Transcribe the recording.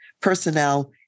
personnel